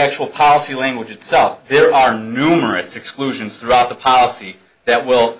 actual policy language itself there are numerous exclusions throughout the policy that will